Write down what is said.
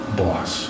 boss